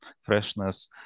freshness